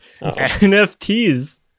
nfts